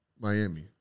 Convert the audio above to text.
Miami